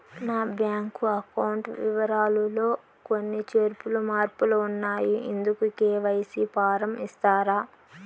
నా bank account వివరాలు లో కొన్ని చేర్పులు మార్పులు ఉన్నాయి, ఇందుకు కె.వై.సి ఫారం ఇస్తారా?